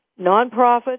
nonprofits